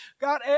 God